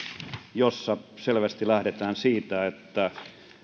jossa selvästi lähdetään siitä että